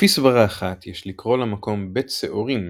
לפי סברה אחת יש לקרוא למקום בית שעורים,